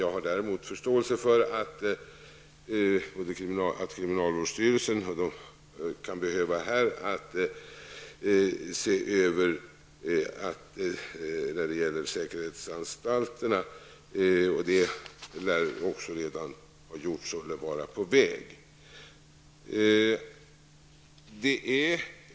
Jag har däremot förståelse för att kriminalvårdsstyrelsen kan ha behov av att se över säkerhetsåtgärderna, och detta lär redan vara på väg.